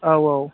औ औ